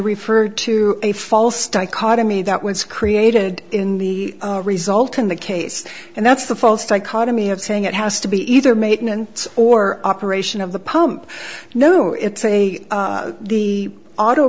referred to a false dichotomy that was created in the result in the case and that's the false to economy of saying it has to be either maintenance or operation of the pump no it's a the auto